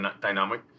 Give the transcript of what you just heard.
dynamic